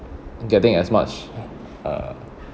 getting as much uh